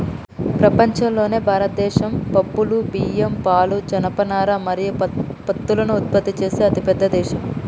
ప్రపంచంలోనే భారతదేశం పప్పులు, బియ్యం, పాలు, జనపనార మరియు పత్తులను ఉత్పత్తి చేసే అతిపెద్ద దేశం